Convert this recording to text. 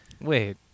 Wait